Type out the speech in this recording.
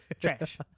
trash